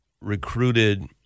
recruited